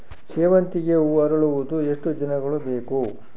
ಸೇವಂತಿಗೆ ಹೂವು ಅರಳುವುದು ಎಷ್ಟು ದಿನಗಳು ಬೇಕು?